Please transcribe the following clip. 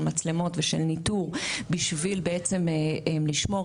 של מצלמות ושל ניטור בשביל בעצם לשמור.